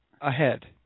ahead